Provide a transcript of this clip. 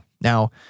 Now